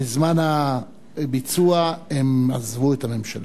בזמן הביצוע הם עזבו את הממשלה.